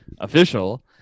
official